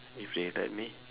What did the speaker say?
if they let me